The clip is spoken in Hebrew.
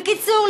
בקיצור,